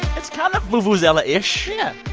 it's kind of vuvuzela-ish yeah.